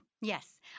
Yes